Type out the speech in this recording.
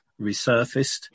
resurfaced